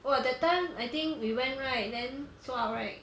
!wah! that time I think we went right then sold out right